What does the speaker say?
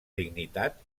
dignitat